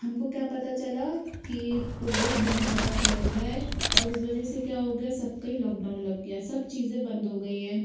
हमको क्या पता चला कि कोविड बहुत ज़्यादा फैल रहा है और उस वजह से क्या हो गया सबका ही लॉकडाउन लग गया सब चीज़े बंद हो गई हैं